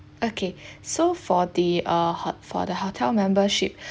okay so for the uh hot~ for the hotel membership